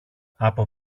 από